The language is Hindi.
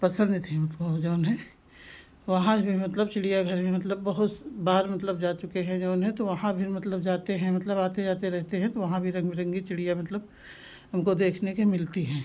पसंद थी हमको जो है वहाँ भी मतलब चिड़ियाघर में मतलब बहुस बार मतलब जा चुके हैं जो है तो वहाँ भी मतलब जाते हैं मतलब आते जाते रहते हैं तो वहाँ भी रंग बिरंगी चिड़िया मतलब हमको देखने को मिलती हैं